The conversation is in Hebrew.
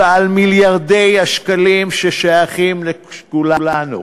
על מיליארדי השקלים ששייכים לכולנו,